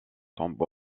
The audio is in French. tombe